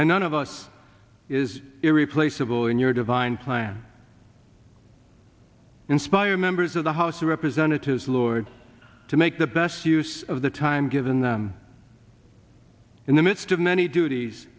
and none of us is irreplaceable in your divine plan inspire members of the house of representatives lord to make the best use of the time given them in the midst of many duties